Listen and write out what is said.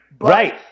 right